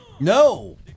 No